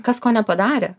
kas ko nepadarė